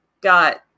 got